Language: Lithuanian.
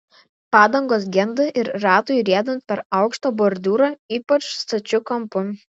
padangos genda ir ratui riedant per aukštą bordiūrą ypač stačiu kampu